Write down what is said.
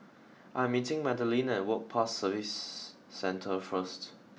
I'm meeting Madilynn at Work Pass Services Centre first